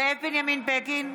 (קוראת בשמות חברי הכנסת) זאב בנימין בגין,